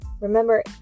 Remember